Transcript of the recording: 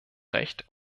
recht